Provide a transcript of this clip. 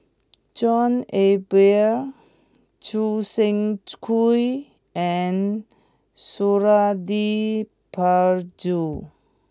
John Eber Choo Seng Quee and Suradi Parjo